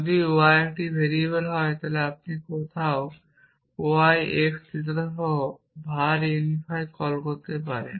যদি y একটি variable হয় আপনি কোথাও y x থিটা সহ var ইউনিফাই কল করতে পারেন